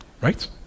right